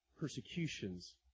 persecutions